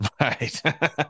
Right